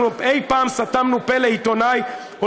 אנחנו אי-פעם סתמנו פה לעיתונאי או